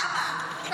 למה?